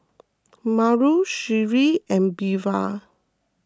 Mauro Sherree and Belva